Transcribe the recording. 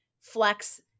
flex